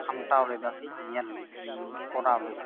ᱥᱟᱢᱴᱟᱣ ᱮᱫᱟ ᱥᱮ ᱧᱮᱞ ᱞᱮᱫᱟ ᱠᱚᱨᱟᱣ ᱞᱮᱫᱟ